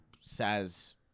says